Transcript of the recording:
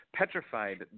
petrified